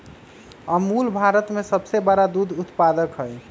अमूल भारत में सबसे बड़ा दूध उत्पादक हई